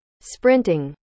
Sprinting